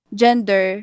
gender